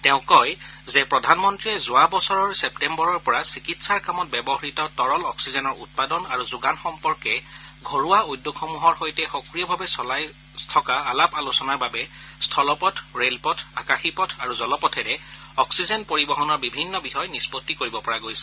তেওঁ কয় যে প্ৰধানমন্ৰীয়ে যোৱা বছৰ চেপ্তেম্বৰৰ পৰা চিকিৎসাৰ কামত ব্যৱহাত তৰল অক্সিজেনৰ উৎপাদন আৰু যোগান সম্পৰ্কে ঘৰুৱা উদ্যোগসমূহৰ সৈতে সক্ৰিয়ভাৱে চলাই থকা আলাপ আলোচনাৰ বাবে স্থলপথ ৰেলপথ আকাশী পথ আৰু জলপথেৰে অস্সিজেন পৰিবহণৰ বিভিন্ন বিষয় নিষ্পণ্ডি কৰিব পৰা গৈছে